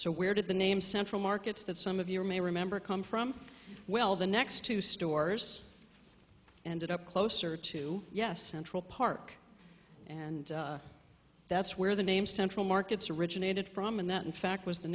so where did the name central markets that some of you may remember come from well the next two stores ended up closer to yes central park and that's where the name central markets originated from and that in fact was the